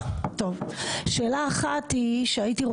שאלה ראשונה.